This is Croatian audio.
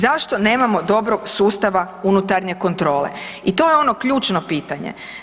Zašto nemamo dobrog sustava unutarnje kontrole i to je ono ključno pitanje?